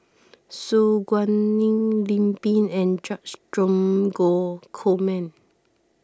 Su Guaning Lim Pin and George Dromgold Coleman